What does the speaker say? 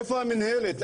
איפה המנהלת,